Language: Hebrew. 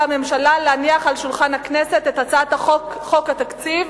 הממשלה להניח על שולחן הכנסת את הצעת חוק התקציב